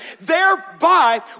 Thereby